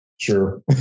Sure